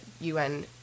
UN